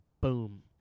boom